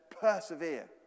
persevere